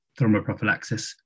thromboprophylaxis